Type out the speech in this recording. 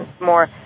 more